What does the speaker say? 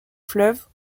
fleuves